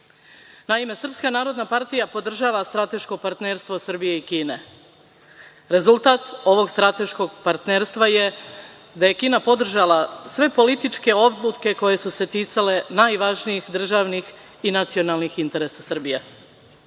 stvari. Naime, Srpska narodna partija podržava strateško partnerstvo Srbije i Kine. Rezultat ovog strateškog partnerstva je da je Kina podržala sve političke odluke koje su se ticale najvažnijih državnih i nacionalnih interesa Srbije.